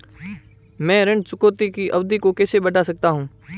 मैं ऋण चुकौती की अवधि कैसे बढ़ा सकता हूं?